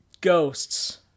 ghosts